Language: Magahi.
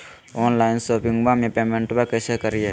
ऑनलाइन शोपिंगबा में पेमेंटबा कैसे करिए?